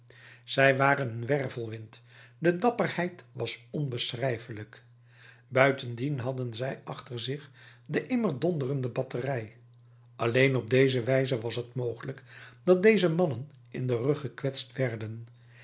schelen zij waren een wervelwind de dapperheid was onbeschrijfelijk buitendien hadden zij achter zich de immer donderende batterij alleen op deze wijze was t mogelijk dat deze mannen in den rug gekwetst werden